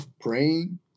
praying